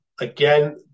Again